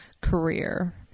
career